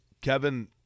Kevin